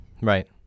Right